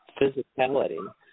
physicality